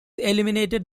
eliminated